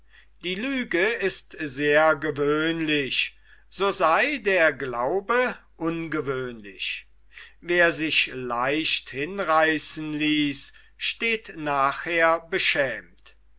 die lüge ist sehr gewöhnlich so sei der glaube ungewöhnlich wer sich leicht hinreißen ließ steht nachher beschämt